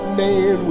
man